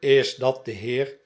is dat de heer